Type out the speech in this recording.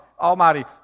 Almighty